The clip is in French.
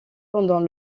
pendant